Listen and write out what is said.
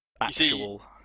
actual